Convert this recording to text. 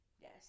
Yes